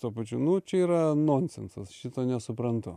tuo pačiu nu čia yra nonsensas šito nesuprantu